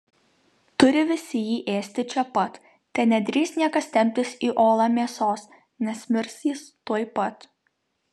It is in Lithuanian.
turi visi jį ėsti čia pat te nedrįs niekas temptis į olą mėsos nes mirs jis tuoj pat